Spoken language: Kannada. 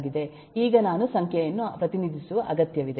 ಈಗ ನಾನು ಸಂಖ್ಯೆಯನ್ನು ಪ್ರತಿನಿಧಿಸುವ ಅಗತ್ಯವಿದೆ